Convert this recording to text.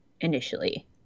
initially